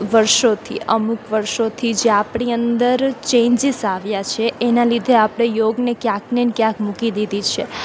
વર્ષોથી અમુક વર્ષોથી જે આપણી અંદર ચેન્જીસ આવ્યા છે એનાં લીધે આપણે યોગને ક્યાંક ને ક્યાંક મૂકી દીધી છે